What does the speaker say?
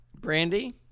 brandy